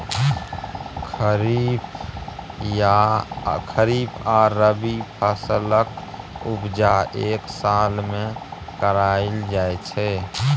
खरीफ आ रबी फसलक उपजा एक साल मे कराएल जाइ छै